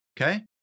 Okay